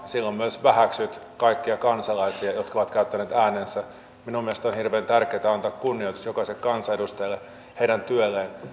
silloin myös väheksyt kaikkia kansalaisia jotka ovat käyttäneet äänensä minun mielestäni on hirveän tärkeätä antaa kunnioitus jokaiselle kansanedustajalle heidän työlleen